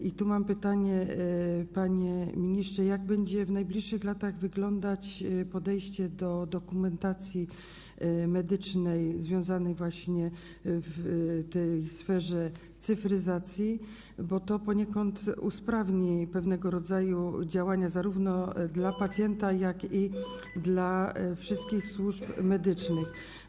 I tu mam pytanie, panie ministrze, jak będzie w najbliższych latach wyglądać podejście do dokumentacji medycznej w tej sferze cyfryzacji, bo to poniekąd usprawni pewnego rodzaju działania zarówno dla pacjenta, jak i dla wszystkich służb medycznych.